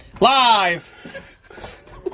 Live